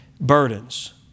burdens